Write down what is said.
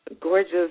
Gorgeous